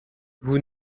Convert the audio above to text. vous